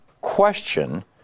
question